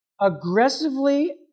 aggressively